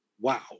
Wow